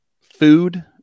food